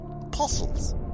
apostles